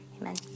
Amen